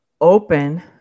open